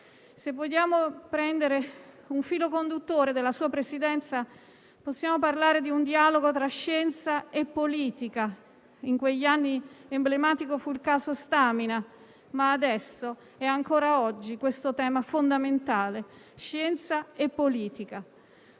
Se vogliamo prendere un filo conduttore della sua Presidenza, possiamo parlare di un dialogo tra scienza e politica (in quegli anni emblematico fu il caso Stamina). Ma adesso, ancora oggi, questo tema è fondamentale: scienza e politica.